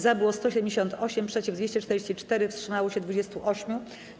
Za było 178, przeciw - 244, wstrzymało się 28.